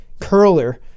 curler